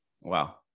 wow